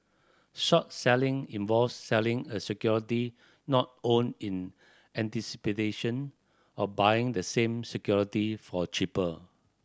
short selling involves selling a security not owned in of buying the same security for cheaper